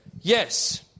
Yes